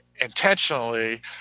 intentionally